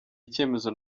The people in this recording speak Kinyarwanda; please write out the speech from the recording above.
icyemezo